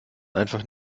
einfach